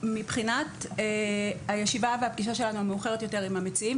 מבחינת הישיבה והפגישה שלנו המאוחרת יותר עם המציעים,